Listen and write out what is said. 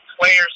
players